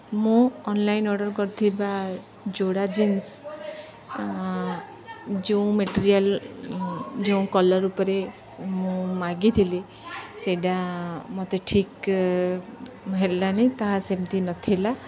ମୁଁ online order କରିଥିବା ଯୋଡ଼ା ଜିନ୍ସ ଯଉଁ ମେଟେରିଆଲ୍ ଯେଉଁ କଲର୍ ଉପରେ ମୁଁ ମାଗିଥିଲି ସେଇଟା ମୋତେ ଠିକ୍ ହେଲାନି ତାହା ସେମିତି ନଥିଲା